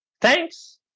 thanks